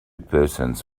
persons